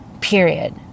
Period